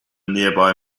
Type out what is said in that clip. nearby